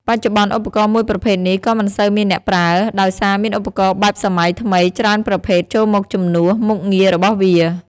បច្ចុប្បន្នឧបរកណ៍មួយប្រភេទនេះ ក៏មិនសូវមានអ្នកប្រើ ដោយសារមានឧបករណ៍បែបសម័យថ្មីច្រើនប្រភេទ ចូលមកជំនួន មុខងាររបស់វា។